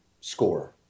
score